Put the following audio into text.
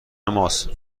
ماست